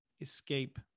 escape